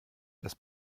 das